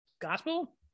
gospel